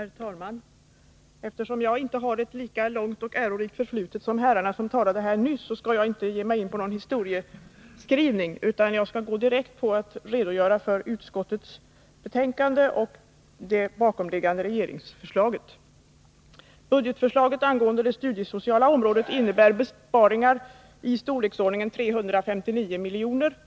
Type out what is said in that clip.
Herr talman! Eftersom jag inte har ett lika långt och ärorikt förflutet som herrarna som talade nyss skall jag inte ge mig in på någon historieskrivning utan direkt redogöra för utskottets betänkande och det bakomliggande regeringsförslaget. storleksordningen 359 milj.kr.